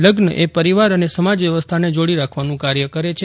લગ્ન એ પરિવાર અને સમાજ વ્યવસ્થાને જોડી રાખવાનું કાર્ય કરે છે